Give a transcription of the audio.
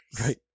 Right